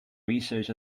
research